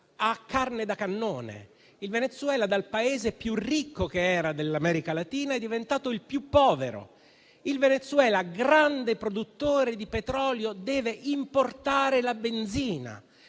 a carne da cannone. Il Venezuela, da Paese più ricco dell'America Latina, è diventato il più povero. Il Venezuela, grande produttore di petrolio, deve importare la benzina.